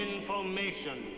information